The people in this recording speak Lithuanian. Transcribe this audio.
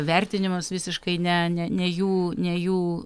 vertinimus visiškai ne ne jų ne jų